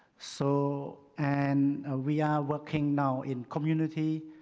so, and ah we are working now in community,